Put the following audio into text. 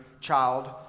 child